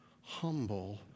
humble